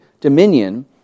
dominion